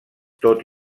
tot